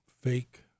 fake